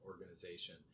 organization